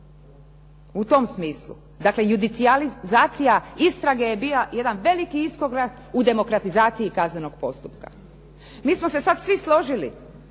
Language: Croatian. osuđen. Dakle, judicijalizacija je bila jedan veliki iskorak u demokratizaciji kaznenog postupka. Mi smo se sad svi složili